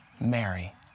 Mary